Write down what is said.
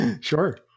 sure